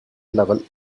level